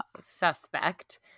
Suspect